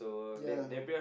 ya